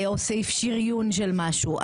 או סעיף שריון של משהו,